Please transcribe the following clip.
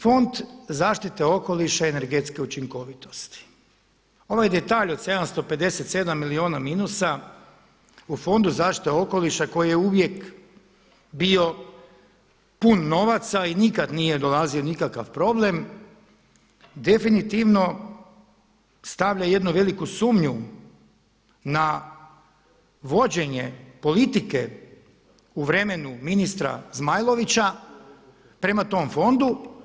Fond zaštite okoliša i energetske učinkovitosti, ovaj detalj od 757 milijuna minusa u Fondu zaštite okoliša koji je uvijek bio pun novaca i nikad nije dolazio nikakav problem definitivno stavlja jednu veliku sumnju na vođenje politike u vremenu ministra Zmajlovića prema tom fondu.